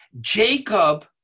Jacob